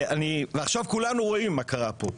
ועכשיו כולנו רואים מה קרה פה.